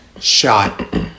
shot